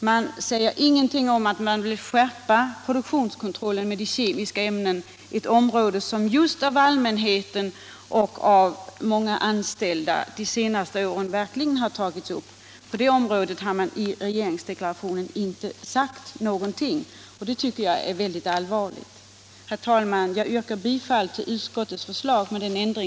Där sägs ingenting om att man vill skärpa produktionskontrollen när det gäller kemiska ämnen — ett område som verkligen har tagits upp av allmänheten och av de anställda i producentföretagen under de senaste åren. I det avseendet har man inte sagt någonting i regeringsdeklarationen, och det tycker jag är mycket allvarligt. Herr talman! Jag yrkar bifall till reservationen.